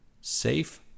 Safe